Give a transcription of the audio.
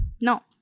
no